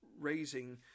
raising